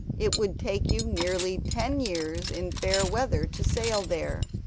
it would take you nearly ten years in fair weather to sail there.